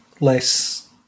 less